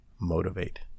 motivate